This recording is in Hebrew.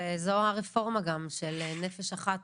וזו הרפורמה גם של נפש אחת,